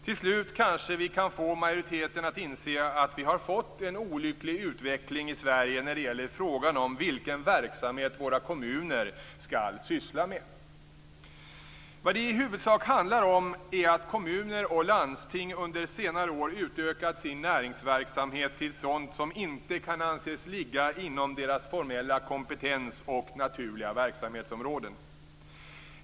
Till slut kanske vi kan få majoriteten att inse att vi har fått en olycklig utveckling i Sverige när det gäller frågan om vilken verksamhet våra kommuner skall syssla med. Vad det i huvudsak handlar om är att kommuner och landsting under senare år har utökat sin näringsverksamhet till sådant som inte kan anses ligga inom deras formella kompetens och naturliga verksamhetsområden.